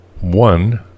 one